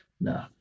no